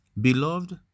Beloved